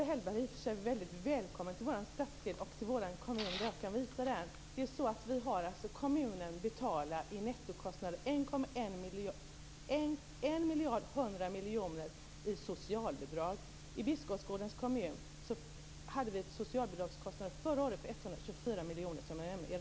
Herr talman! Owe Hellberg är välkommen till vår stadsdel och vår kommun. Jag kan visa den. Kommunen betalar i nettokostnader 1,1 miljarder i socialbidrag. I Biskopsgårdens kommun hade vi förra året socialbidragskostnader i rena socialbidrag på 124 miljoner, som jag nämnde.